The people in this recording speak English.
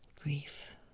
Grief